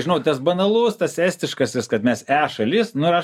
žinau tas banalus tas estiškasis kad mes e šalis nu ir aš